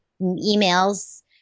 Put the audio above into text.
emails